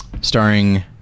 starring